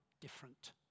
different